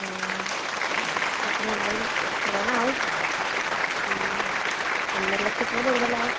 ആ അപ്പോൾ നല്ലതിന് നല്ലോണം ആവും ആ ഒന്നര ലക്ഷത്തിൽ കൂടുതലാവും